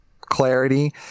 clarity